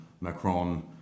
Macron